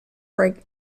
break